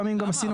למה?